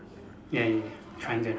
ya ya ya triangle